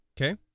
okay